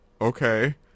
okay